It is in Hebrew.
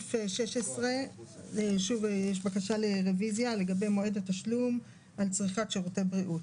סעיף 15 הוא הסעיף שבו ביקשתם לערוך שינוי,